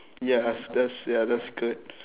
yes that's ya that's good